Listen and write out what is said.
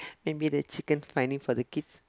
maybe the chickens finding for the kids